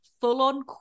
full-on